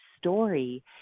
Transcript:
story